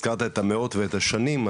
מאחר והזכרת את המאות ואת השנים,